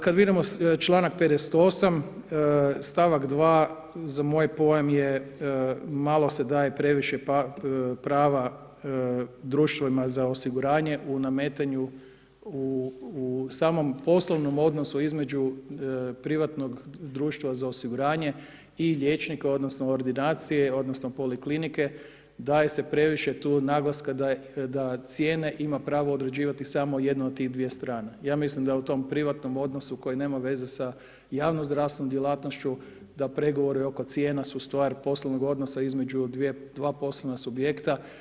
Kad vidimo članak 58. stavak 2. za moj pojam malo se daje previše prava društvima za osiguranje u nametanju u samom poslovnom odnosu između privatnog društva za osiguranje i liječnika odnosno ordinacije odnosno poliklinike daje se previše tu naglaska da cijene ima pravo određivati samo jedna od tih dvije strane, ja mislim da u tom privatnom odnosu koji nema veze s javnozdravstvenom djelatnošću da pregovori oko cijena su stvar poslovnog odnosa između dva poslovna subjekta.